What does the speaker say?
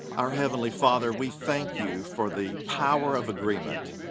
our heavenly father, we thank you for the power of agreement.